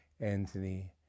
Anthony